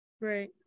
Right